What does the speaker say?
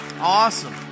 Awesome